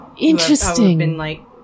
Interesting